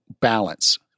balance